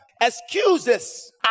excuses